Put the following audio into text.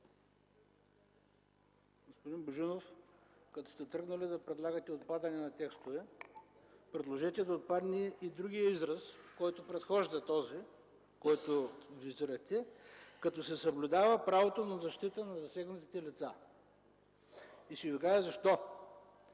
Господин Божинов, като сте тръгнали да предлагате отпадане на текстове, предложете да отпадне и другият израз, предхождащ този, който визирате: „като се съблюдава правото на защита на засегнатите лица”. И ще Ви кажа защо.